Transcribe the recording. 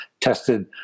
tested